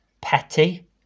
petty